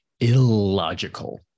illogical